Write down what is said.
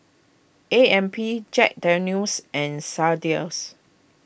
A M P Jack Daniel's and Sadias